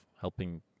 helping